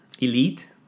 elite